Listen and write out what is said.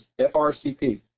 FRCP